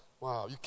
Wow